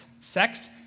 Sex